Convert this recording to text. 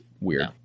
weird